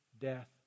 death